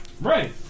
Right